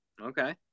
Okay